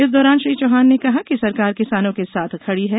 इस दौरान श्री चौहान ने कहा कि सरकार किसानों के साथ खड़ी है